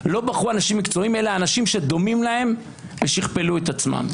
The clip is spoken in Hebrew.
לא בחרו אנשים מקצועיים אלא אנשים שדומים להם ושכפלו את עצמם?